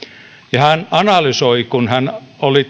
ja hän analysoi kun hän oli